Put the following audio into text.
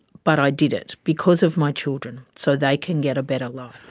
but i did it, because of my children, so they can get a better life.